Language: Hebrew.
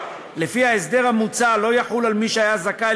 שלפיה ההסדר המוצע לא יחול על מי שהיה זכאי